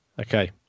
Okay